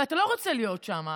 ואתה לא רוצה להיות שם.